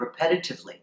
repetitively